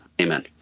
amen